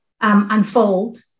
unfold